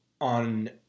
on